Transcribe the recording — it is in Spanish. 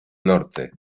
norte